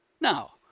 Now